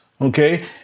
okay